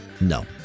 No